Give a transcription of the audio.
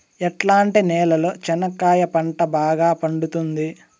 ఎట్లాంటి నేలలో చెనక్కాయ పంట బాగా పండుతుంది?